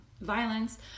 violence